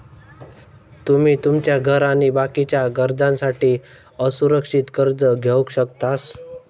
तुमी तुमच्या घर आणि बाकीच्या गरजांसाठी असुरक्षित कर्ज घेवक शकतास